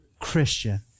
Christian